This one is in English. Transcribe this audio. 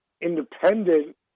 independent